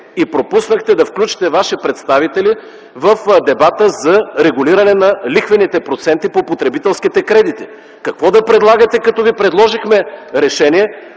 и пропуснахте да включите ваши представители в дебата за регулиране на лихвените проценти по потребителските кредити. Какво да предлагате, като ви предложихме решение,